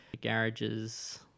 garages